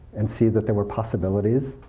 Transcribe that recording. and see that there were possibilities.